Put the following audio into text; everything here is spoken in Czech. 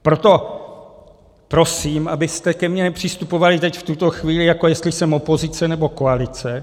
Proto prosím, abyste ke mně nepřistupovali teď v tuto chvíli, jako jestli jsem opozice, nebo koalice.